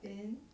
then